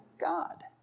God